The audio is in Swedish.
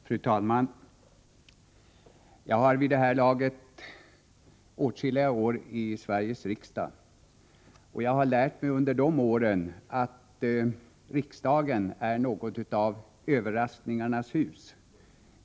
Fru talman! Jag har vid det här laget suttit åtskilliga år i Sveriges riksdag, och jag har under de åren lärt mig att riksdagen är något av överraskningarnas hus.